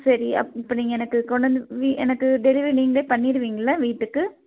சரி அப்போ இப்போ நீங்கள் எனக்கு கொண்டு வந்து வீ எனக்கு டெலிவரி நீங்களே பண்ணிடுவீங்களா வீட்டுக்கு